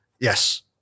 yes